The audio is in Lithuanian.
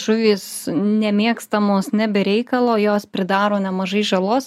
žuvys nemėgstamos ne be reikalo jos pridaro nemažai žalos